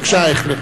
בבקשה, אייכלר.